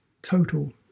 total